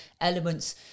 elements